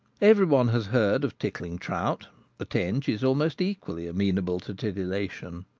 every one has heard of tickling trout the tench is almost equally amenable to titillation.